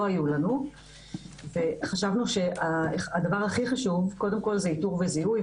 היו לנו וחשבנו שהדבר הכי חשוב הוא קודם כל איתור וזיהוי,